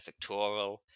sectoral